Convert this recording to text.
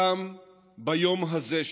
גם ביום הזה,